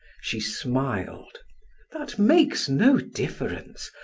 she smiled that makes no difference.